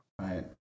Right